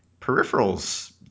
peripherals